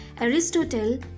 Aristotle